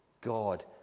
God